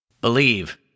Believe